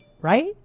Right